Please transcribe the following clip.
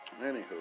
anywho